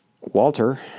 Walter